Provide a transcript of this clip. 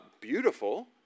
beautiful